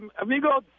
amigos